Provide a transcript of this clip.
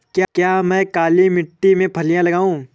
क्या मैं काली मिट्टी में फलियां लगाऊँ?